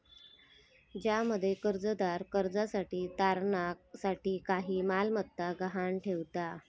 ज्यामध्ये कर्जदार कर्जासाठी तारणा साठी काही मालमत्ता गहाण ठेवता